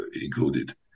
included